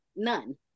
none